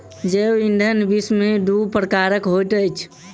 जैव ईंधन विश्व में दू प्रकारक होइत अछि